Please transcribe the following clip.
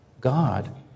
God